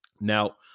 Now